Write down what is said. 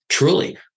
Truly